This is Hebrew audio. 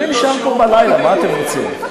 אני נשאר פה בלילה, מה אתם רוצים?